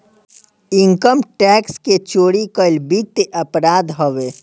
income tax के चोरी कईल वित्तीय अपराध हवे